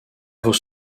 vos